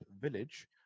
village